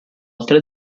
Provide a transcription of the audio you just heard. altre